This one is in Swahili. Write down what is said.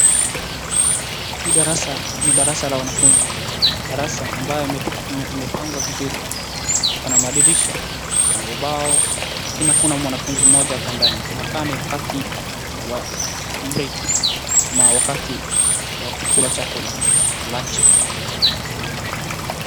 Hii darasa, ni darasa la wanafunzi. Darasa ambayo imepangwa vizuri. Iko na madirisha, iko na ubao, lakini hakuna mwanafunzi mmoja hata ndani. Inakaa ni wakati wa breki.